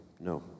no